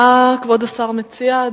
מה כבוד השר מציע?